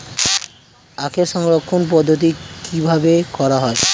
আখের সংরক্ষণ পদ্ধতি কিভাবে করা হয়?